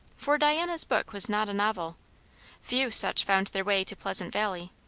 for diana's book was not a novel few such found their way to pleasant valley,